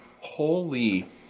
holy